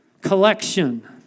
collection